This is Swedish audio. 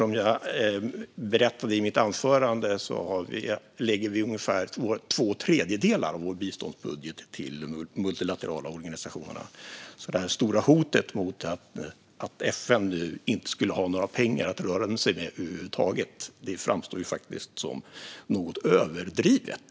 Som jag berättade i mitt anförande lägger vi ungefär två tredjedelar av vår biståndsbudget på de multilaterala organisationerna. Det stora hotet om att FN nu inte skulle ha några pengar att röra sig med över huvud taget framstår faktiskt som något överdrivet.